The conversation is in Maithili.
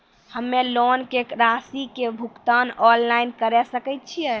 हम्मे लोन के रासि के भुगतान ऑनलाइन करे सकय छियै?